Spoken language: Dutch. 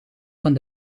van